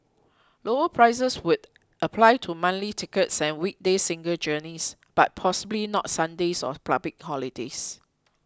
lower prices would apply to monthly tickets and weekday single journeys but possibly not Sundays or public holidays